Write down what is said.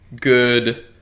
good